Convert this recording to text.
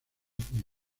mismas